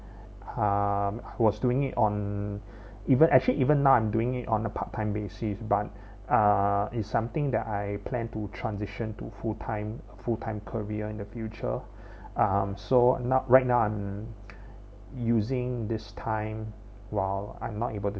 um I was doing it on even actually even now I'm doing it on a part time basis but uh is something that I plan to transition to full time full time career in the future um so now right now I'm using this time while I'm not able to